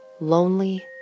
lonely